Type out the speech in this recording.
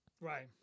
Right